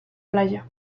playa